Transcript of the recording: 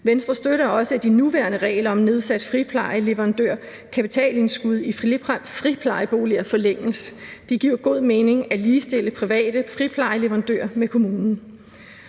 Venstre støtter også, at de nuværende regler om nedsættelse af friplejeboligleverandørers kapitalindskud i friplejeboliger forlænges. Det giver god mening at ligestille private friplejeboligleverandører med kommunen.